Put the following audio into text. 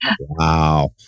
Wow